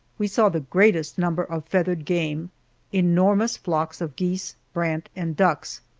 we saw the greatest number of feathered game enormous flocks of geese, brant, and ducks.